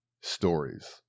stories